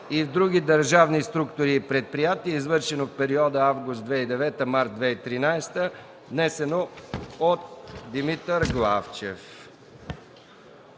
и в други държавни структури и предприятия, извършено в периода август 2009 – март 2013 г., внесен от Димитър Главчев.